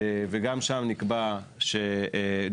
וגם שם נקבע בחוק,